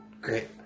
Great